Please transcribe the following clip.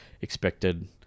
expected